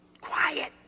Quiet